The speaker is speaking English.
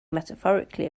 metaphorically